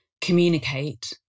communicate